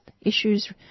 issues